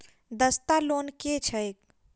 सस्ता लोन केँ छैक